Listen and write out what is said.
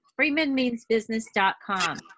freemanmeansbusiness.com